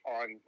on